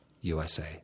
USA